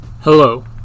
Hello